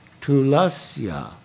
Tulasya